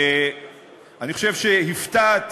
אני חושב שהפתעת,